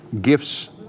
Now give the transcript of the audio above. gifts